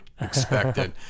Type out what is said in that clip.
expected